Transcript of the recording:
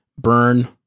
Burn